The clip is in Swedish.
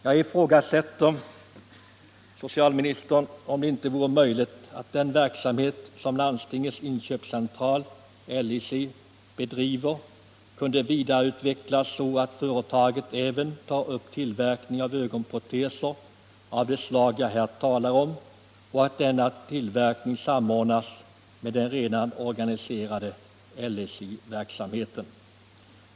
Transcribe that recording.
Jag ifrågasätter, herr socialminister, om det inte vore möjligt att den verksamhet som Landstingens Inköpscentral, LIC, bedriver kunde vidareutvecklas så att företaget även tar upp tillverkning av ögonproteser av det slag jag här talar om och att denna tillverkning samordnas med den redan organiserade LIC-verksamheten.